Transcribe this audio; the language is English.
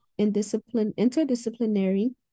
interdisciplinary